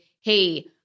hey